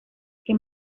que